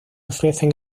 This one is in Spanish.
ofrecen